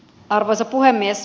arvoisa puhemies